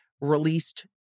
released